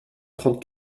trente